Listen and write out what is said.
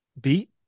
beat